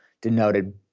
denoted